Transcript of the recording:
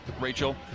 Rachel